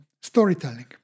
storytelling